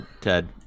Ted